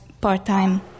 part-time